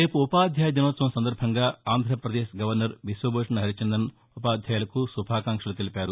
రేపు ఉపాధ్యాయ దినోత్సవం సందర్భంగా ఆంధ్రప్రదేశ్ గవర్నర్ బిశ్వభూషణ్ హరిచందన్ ఉపాధ్యాయులకు శుభాకాంక్షలు తెలిపారు